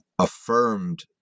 Affirmed